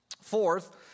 Fourth